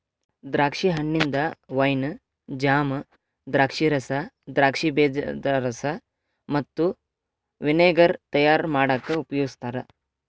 ದ್ರಾಕ್ಷಿ ಹಣ್ಣಿಂದ wine, jam, ದ್ರಾಕ್ಷಿರಸ, ದ್ರಾಕ್ಷಿ ಬೇಜದ ರಸ ಮತ್ತ ವಿನೆಗರ್ ತಯಾರ್ ಮಾಡಾಕ ಉಪಯೋಗಸ್ತಾರ